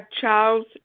Charles